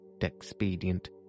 expedient